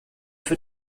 für